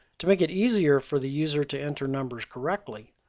to make it easier for the user to enter numbers correctly,